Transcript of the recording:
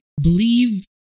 believe